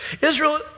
Israel